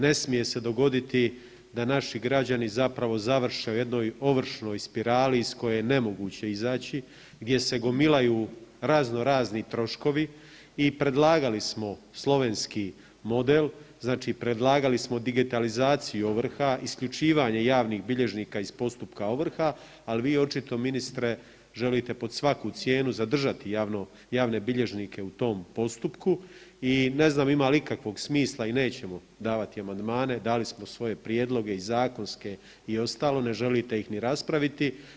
Ne smije se dogoditi da naši građani zapravo završe u jednoj ovršnoj spirali iz koje je nemoguće izaći, gdje se gomilaju razno razni troškovi i predlagali smo slovenski model, znači predlagali smo digitalizaciju ovrha, isključivanje javnih bilježnika iz postupka ovrha, al vi očito ministre želite pod svaku cijenu zadržati javno, javne bilježnike u tom postupku i ne znam ima li ikakvog smisla i nećemo davati amandmane, dali smo svoje prijedloge i zakonske i ostalo, ne želite ih ni raspraviti.